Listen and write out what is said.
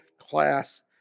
class